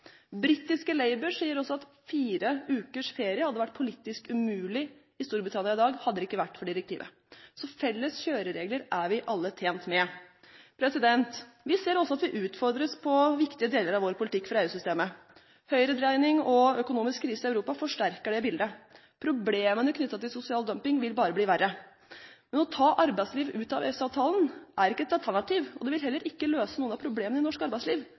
Britiske Labour sier også at fire ukers ferie hadde vært politisk umulig i Storbritannia i dag hadde det ikke vært for direktivet. Så felles kjøreregler er vi alle tjent med. Vi ser også at vi utfordres på viktige deler av vår politikk når det gjelder EU-systemet. Høyredreining og økonomisk krise i Europa forsterker dette bildet. Problemene knyttet til sosial dumping vil bare bli verre. Men å ta arbeidslivet ut av EØS-avtalen er ikke et alternativ, og det vil heller ikke løse noen av problemene i norsk arbeidsliv